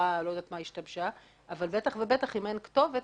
המסירה השתבשה ובטח ובטח אם אין כתובת,